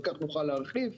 על כך נוכל להרחיב.